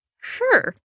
sure